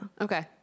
Okay